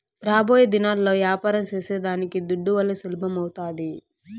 రాబోయేదినాల్ల యాపారం సేసేదానికి దుడ్డువల్లే సులభమౌతాది